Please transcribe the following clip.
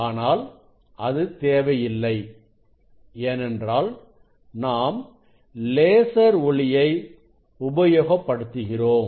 ஆனால் அது தேவை இல்லை ஏனென்றால் நாம் லேசர் ஒளியை உபயோகப்படுத்துகிறோம்